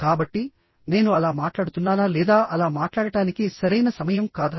కాబట్టి నేను అలా మాట్లాడుతున్నానా లేదా అలా మాట్లాడటానికి సరైన సమయం కాదా